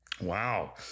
Wow